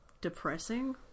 depressing